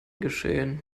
geschehen